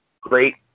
great